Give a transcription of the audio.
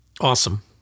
awesome